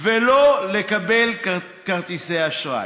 לא לקבל כרטיסי אשראי.